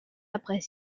après